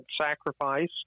Sacrifice